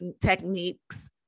techniques